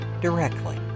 directly